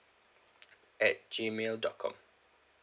at gmail dot com